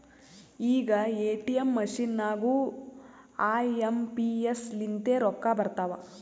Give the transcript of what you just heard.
ಈಗ ATM machine ನಾಗೂ I M P S ಲಿಂತೆ ರೊಕ್ಕಾ ಬರ್ತಾವ್